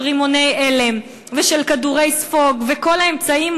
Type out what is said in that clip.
של רימוני הלם ושל כדורי ספוג וכל האמצעים,